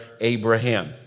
Abraham